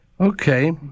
Okay